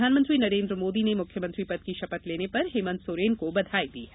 प्रधानमंत्री नरेन्द्र मोदी ने मुख्यमंत्री पद की शपथ लेने पर हेमन्त सोरेन को बधाई दी है